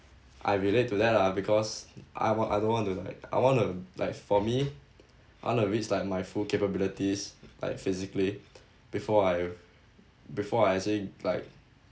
I relate to that lah because I wa~ I don't want to I want to like for me I want to reach like my full capabilities like physically before I before I actually like